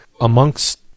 amongst